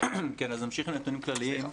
אז אני אמשיך בנתונים כלליים.